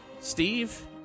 Steve